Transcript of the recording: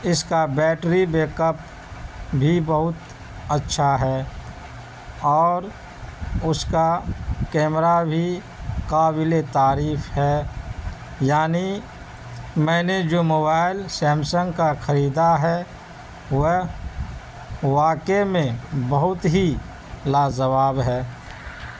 اس کا battery backup بھی بہت اچھا ہے اور اس کا کیمرا بھی قابل تعریف ہے یعنی میں نے جو موبائل سیمسنگ کا خریدا ہے وہ واقعی میں بہت ہی لاجواب ہے